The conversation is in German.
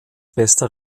bester